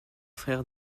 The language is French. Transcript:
frère